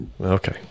Okay